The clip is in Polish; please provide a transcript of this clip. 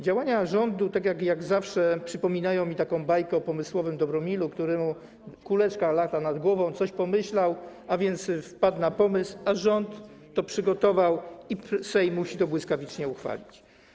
Działania rządu, tak jak zawsze, przypominają mi bajkę o pomysłowym Dobromirze, któremu kuleczka lata nad głową, coś pomyślał, a więc wpadł na pomysł, a rząd to przygotował i Sejm musi to błyskawicznie uchwalić.